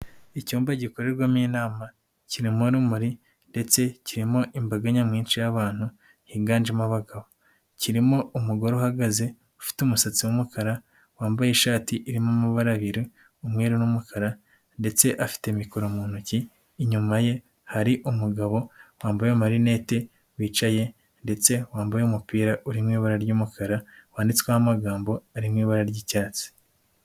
Icyumba gikorerwamo inama kirimo urumuri ndetse kirimo imbaga nyamwinshi y'abantu, higanjemo abagabo, kirimo umugore uhagaze ufite umusatsi w'umukara wambaye ishati irimo amabara abiri, umweru n'umukara ndetse afite mikoro mu ntoki. Inyuma ye hari umugabo wambaye amarinete wicaye ndetse wambaye umupira urimo ibara ry'umukara wanditsweho amagambo ari mu ibara ry'icyatsi.